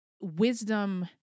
wisdom